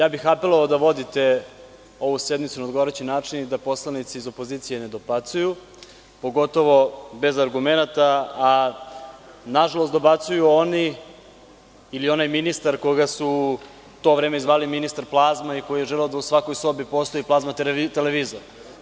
Apelovao bih da vodite ovu sednicu na odgovarajući način i da poslanici iz opozicije ne dobacuju, pogotovo bez argumenata, a nažalost, dobacuju oni ili onaj ministar koga su u to vreme zvali „ministar plazma“ i koji je želeo da u svakoj sobi postoji plazma televizor.